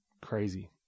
crazy